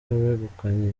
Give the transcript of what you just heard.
wegukanye